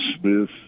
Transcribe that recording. Smith